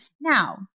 Now